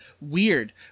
Weird